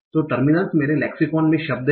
तो टर्मिनल्स मेरे लेक्सिकॉन में शब्द हैं